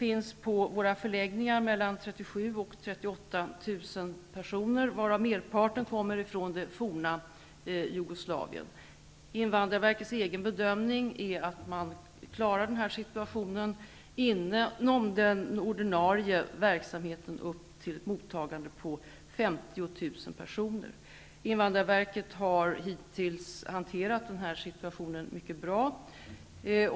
Invandrarverkets egen bedömning är att man inom den ordinarie verksamheten klarar situationen för ett mottagande upp till 50 000 personer. Hittills har invandrarverket hanterat situationen mycket bra.